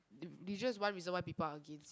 t~ they just one reason why people are against